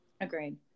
agreed